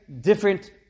different